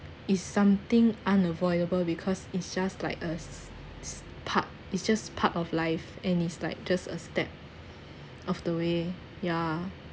is something unavoidable because it's just like a s~ part it's just part of life and is like just a step of the way ya